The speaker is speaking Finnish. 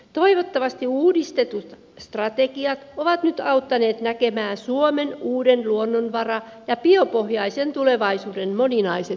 toivottavasti uudistetut strategiat ovat nyt auttaneet näkemään suomen uuden luonnonvara ja biopohjaisen tulevaisuuden moninaiset mahdollisuudet